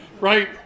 right